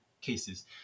cases